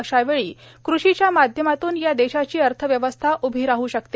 अशा वेळी कृषीच्या माध्यमातून या देशाची अर्थव्यवस्था उभी राहू शकते